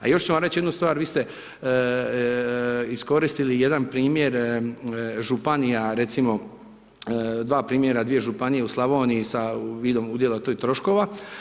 A još ću vam reći jednu stvar, vi ste iskoristili jedna primjer županija recimo dva primjera dvije županije u Slavoniji u vidu udjela tih troškova.